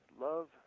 love